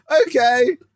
Okay